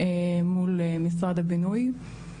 מול משרד הבינוי.